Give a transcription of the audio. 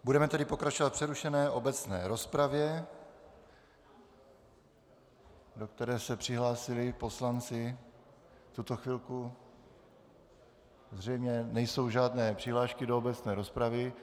Budeme tedy pokračovat v přerušené obecné rozpravě, do které se přihlásili poslanci v tuto chvilku zřejmě nejsou žádné přihlášky do obecné rozpravy.